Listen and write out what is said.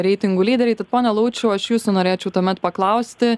reitingų lyderiai tad pone laučiau aš jūsų norėčiau tuomet paklausti